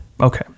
okay